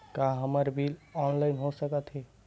का हमर bill online हो सकत हे?